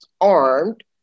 armed